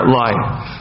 life